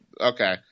okay